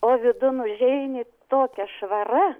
o vidun užeini tokia švara